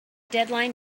deadline